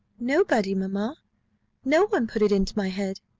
nobody, mamma no one put it into my head.